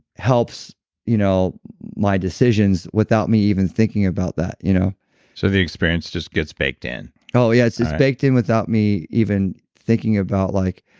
helps you know my decisions without me even thinking about that you know so the experience just gets baked in oh, yeah. it's just baked in without me even thinking about like,